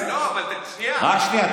רק שנייה,